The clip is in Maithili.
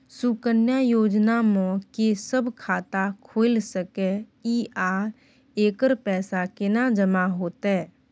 सुकन्या योजना म के सब खाता खोइल सके इ आ एकर पैसा केना जमा होतै?